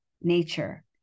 nature